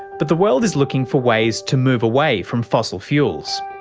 but the world is looking for ways to move away from fossil fuels.